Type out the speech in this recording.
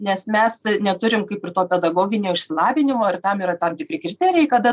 nes mes neturim kaip ir to pedagoginio išsilavinimo ar tam yra tam tikri kriterijai kada